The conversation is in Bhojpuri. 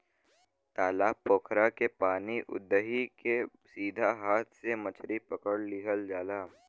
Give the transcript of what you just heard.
तालाब पोखरा के पानी उदही के सीधा हाथ से मछरी पकड़ लिहल जाला